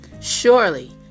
Surely